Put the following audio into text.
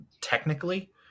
Technically